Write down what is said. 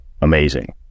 Amazing